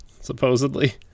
supposedly